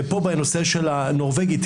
פה בנושא של הנורבגי,